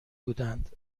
بودند